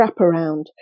wraparound